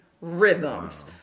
rhythms